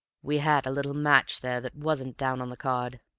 we had a little match there that wasn't down on the card.